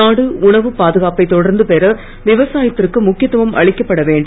நாடு உணவு பாதுகாப்பை தொடர்ந்து பெற விவசாயத்திற்கு முக்கியத்துவம் அளிக்கப்பட வேண்டும்